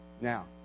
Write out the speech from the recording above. Now